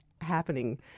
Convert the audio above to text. happening